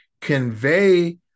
convey